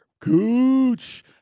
Cooch